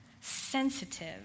sensitive